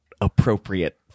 appropriate